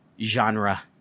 genre